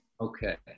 Okay